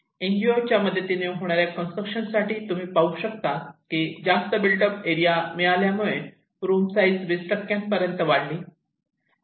N G O च्या मदतीने होणाऱ्या कंस्ट्रक्शन साठी तुम्ही पाहू शकतात की जास्त बिल्ट अप एरिया मिळाल्यामुळे रूम साइज 20 पर्यंत वाढली